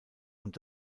und